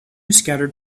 scattered